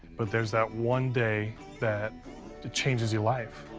but there's that one day that changes your life.